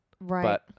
right